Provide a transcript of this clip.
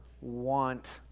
want